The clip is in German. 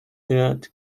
hört